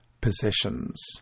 possessions